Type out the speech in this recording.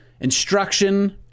instruction